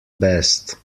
best